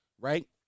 Right